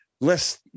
less